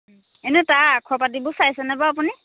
এনেই তাৰ আখৰ পাতিবোৰ চাইছেনে বাৰু আপুনি